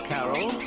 Carol